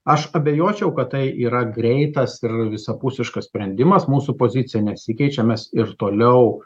aš abejočiau kad tai yra greitas ir visapusiškas sprendimas mūsų pozicija nesikeičia mes ir toliau